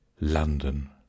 london